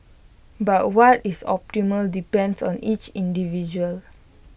but what is optimal depends on each individual